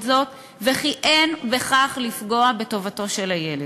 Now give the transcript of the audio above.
זאת וכי אין בכך כדי לפגוע בטובתו של הילד.